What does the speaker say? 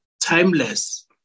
timeless